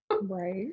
Right